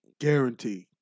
Guaranteed